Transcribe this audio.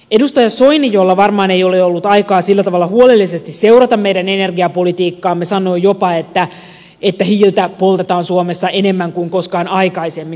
edustaja soini jolla varmaan ei ole ollut aikaa sillä tavalla huolellisesti seurata meidän energiapolitiikkaamme sanoi jopa että hiiltä poltetaan suomessa enemmän kuin koskaan aikaisemmin